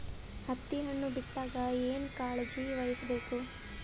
ಹತ್ತಿ ಹಣ್ಣು ಬಿಟ್ಟಾಗ ಏನ ಕಾಳಜಿ ವಹಿಸ ಬೇಕು?